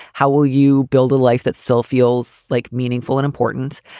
how will you build a life that still feels like meaningful and important?